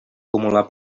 acumular